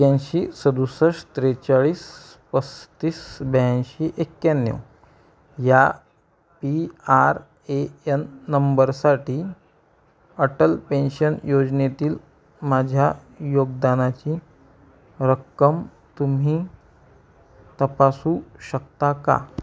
एक्याऐंशी सदुसष्ट त्रेचाळीस पस्तीस ब्याऐंशी एक्याण्णव या पी आर ए यन नंबरसाठी अटल पेन्शन योजनेतील माझ्या योगदानाची रक्कम तुम्ही तपासू शकता का